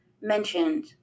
mentioned